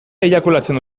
eiakulatzen